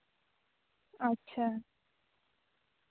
ᱟᱪᱪᱷᱟ